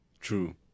True